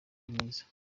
myiza